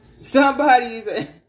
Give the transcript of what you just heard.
Somebody's